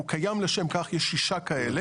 הוא קיים לשם כך, יש 6 כאלה.